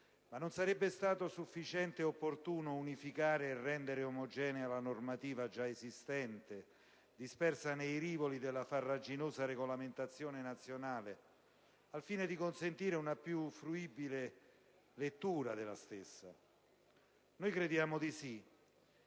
Non sarebbe stato sufficiente e opportuno unificare e rendere omogenea la normativa già esistente, dispersa nei rivoli della farraginosa regolamentazione nazionale, al fine di consentire una più fruibile lettura della stessa? Noi crediamo di sì.